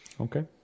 Okay